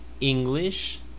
English